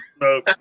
no